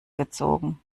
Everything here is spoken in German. gezogen